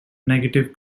negative